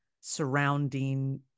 surrounding